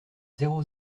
zéro